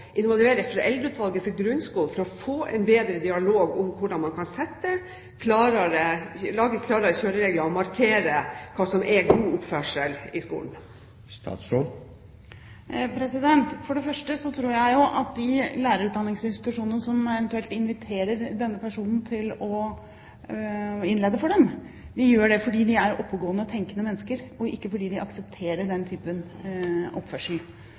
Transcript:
for å få en bedre dialog om hvordan man kan sette opp klarere kjøreregler, og markere hva som er god oppførsel i skolen? For første tror jeg at de lærerutdanningsinstitusjonene som eventuelt inviterer denne personen til å innlede for dem, gjør det fordi de er oppegående og tenkende mennesker, ikke fordi de aksepterer den typen oppførsel.